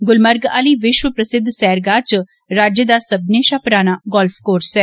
गुलमर्ग आली विश्व प्रसिद्ध सैरगाह च राज्य दा सब्मनें शा पुराना गोल्फ कोर्स ऐ